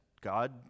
God